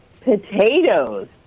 Potatoes